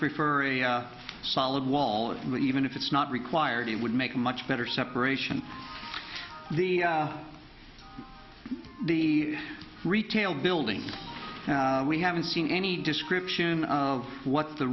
prefer a solid wallet but even if it's not required it would make a much better separation the the retail building we haven't seen any description of what the